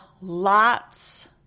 lots